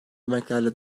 yemeklerle